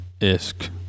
isk